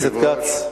אדוני היושב-ראש,